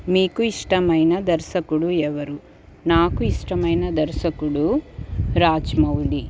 మీకు ఇష్టమైన దర్శకుడు ఎవరు నాకు ఇష్టమైన దర్శకుడు రాజ్మౌళి